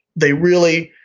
they really,